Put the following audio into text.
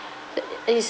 uh is